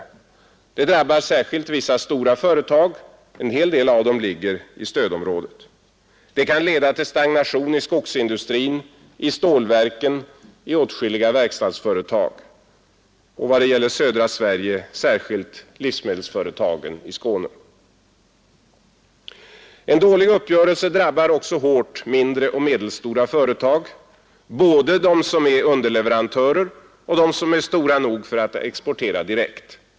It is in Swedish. Detta drabbar särskilt vissa stora företag; en hel del av dem ligger i stödområdet. Det kan leda till stagnation i skogsindustrin, i stålverken, i åtskilliga verkstadsföretag och i vad gäller södra Sverige särskilt livsmedelsföretagen i Skåne. En dålig uppgörelse drabbar också hårt mindre och medelstora företag, både dem som är underleverantörer och dem som är stora nog för att exportera direkt.